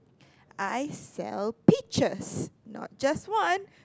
I sell peaches not just one